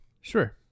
sure